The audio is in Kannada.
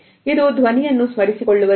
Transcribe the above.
ಇದು ಧ್ವನಿಯನ್ನು ಸ್ಮರಿಸಿಕೊಳ್ಳುವ ದಿಕ್ಕು